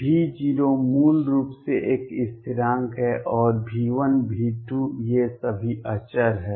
V0 मूल रूप से एक स्थिरांक है और V1 V2 ये सभी अचर हैं